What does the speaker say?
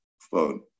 phone